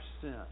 sin